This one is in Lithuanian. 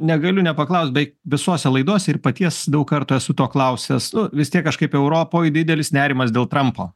negaliu nepaklaust beveik visose laidose ir paties daug kartų esu to klausęsnu vis tiek kažkaip europoj didelis nerimas dėl trumpo